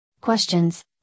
questions